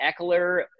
Eckler